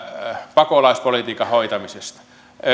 pakolaispolitiikan hoitamisesta eussa yhdessä